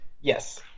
Yes